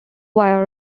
via